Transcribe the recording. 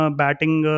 batting